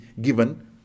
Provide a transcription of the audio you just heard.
given